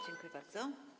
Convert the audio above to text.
Dziękuję bardzo.